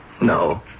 No